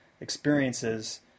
experiences